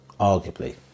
arguably